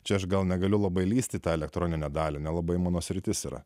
čia aš gal negaliu labai lįsti į tą elektroninę dalį nelabai mano sritis yra